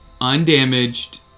undamaged